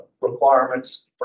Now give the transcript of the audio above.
requirements